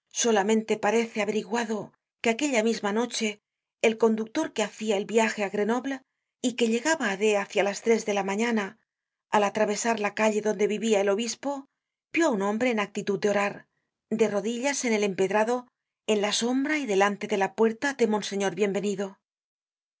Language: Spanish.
solamente parece averiguado que aquella misma noche el conductor que hacia el viaje á grcnoble y que llegaba á d hácialas tres de la mañana al atravesar la calle donde vivia el obispo vióá un hombre en actitud de orar de rodillas en el empedrado en la sombra y delante de la puerta de monseño bienvenido